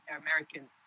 American